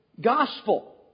gospel